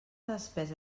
despesa